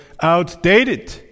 outdated